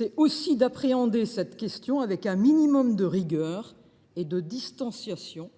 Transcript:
est aussi d’appréhender cette question avec un minimum de rigueur et de distanciation